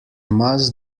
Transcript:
must